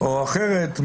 או אחרת,